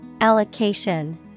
Allocation